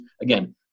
again